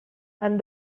and